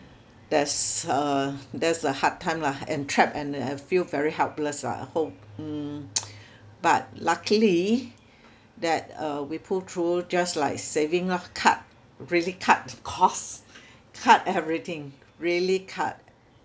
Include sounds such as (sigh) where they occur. that's uh that's the hard time lah and trapped and uh I feel very helpless lah at home mm (noise) but luckily that uh we pulled through just like saving orh cut really cut costs cut everything really cut